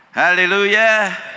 Hallelujah